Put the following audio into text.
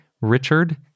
Richard